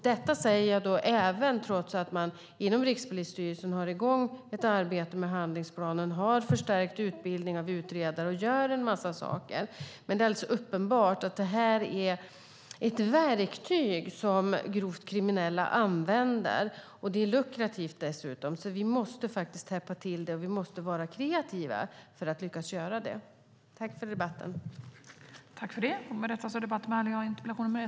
Detta säger jag trots att man inom Rikspolisstyrelsen har i gång ett arbete med handlingsplanen, har förstärkt utbildningen av utredare och gör en massa andra saker. Det är alldeles uppenbart att bluffakturor är ett verktyg som grovt kriminella använder, och det är dessutom lukrativt. Vi måste därför täppa till det, och vi måste vara kreativa för att lyckas med det.